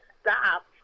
stop